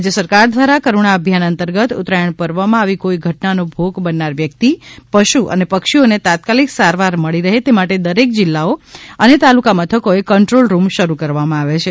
રાજ્ય સરકાર દ્વારા કરૂણા અભિયાન અંતર્ગત ઉત્તરાયણ પર્વમાં આવી કોઇ ઘટનાનો ભાગ બનનાર વ્યક્તિ પશ્ન અને પક્ષીઓને તાત્કાલીક સારવાર મળી રહે તે માટે દરેક જિલ્લાઓ અને તાલુકા મથકોએ કંટ્રોલ રૂમ શરૂ કરવામાં આવ્યા છે